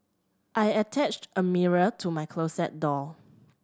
I attached a mirror to my closet door